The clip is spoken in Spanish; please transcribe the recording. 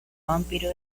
vampiro